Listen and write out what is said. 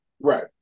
Right